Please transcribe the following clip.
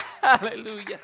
Hallelujah